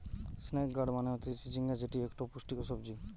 snake gourd মানে হতিছে চিচিঙ্গা যেটি একটো পুষ্টিকর সবজি